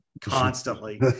constantly